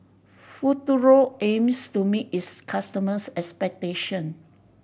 Futuro aims to meet its customers' expectation